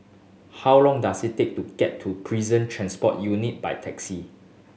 how long does it take to get to Prison Transport Unit by taxi